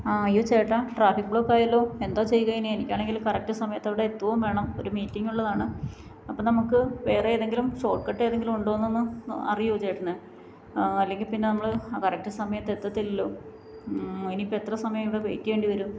ആ അയ്യോ ചേട്ടാ ട്രാഫിക്ക് ബ്ലോക്കായല്ലോ എന്താ ചെയ്യുക ഇനി എനിക്കാണെങ്കിൽ കറക്റ്റ് സമയത്തവിടെ എത്തുകയും വേണം ഒരു മീറ്റിംഗ് ഉള്ളതാണ് അപ്പം നമുക്ക് വേറെ ഏതെങ്കിലും ഷോട്ട്കട്ട് ഏതെങ്കിലും ഉണ്ടോയെന്നൊന്ന് അറിയുമോ ചേട്ടന് അല്ലെങ്കിൽപ്പിന്നെ നമ്മൾ കറക്റ്റ് സമയത്ത് എത്തത്തില്ലല്ലോ ഇനിയിപ്പം എത്ര സമയം ഇവിടെ വെയ്റ്റ് ചെയ്യേണ്ടി വരും